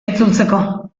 itzultzeko